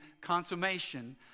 consummation